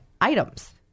Items